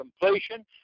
completion